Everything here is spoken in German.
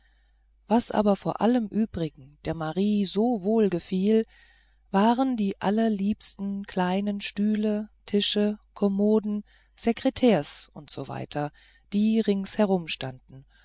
was aber vor allem übrigen der marie so wohlgefiel waren die allerliebsten kleinen stühle tische kommoden sekretärs u s w die ringsherum standen